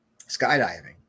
skydiving